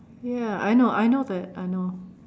ya I know I know that I know